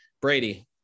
Brady